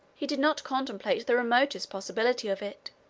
he did not contemplate the remotest possibility of it.